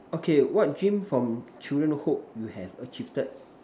okay what dream from children Hood you have achieved